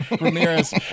Ramirez